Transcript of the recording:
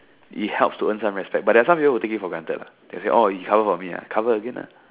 it helps to earn some respect but there're some people who will take if for the granted ah they say oh you cover for me ah cover again ah